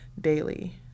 daily